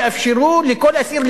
יאפשרו לכל אסיר,